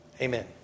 amen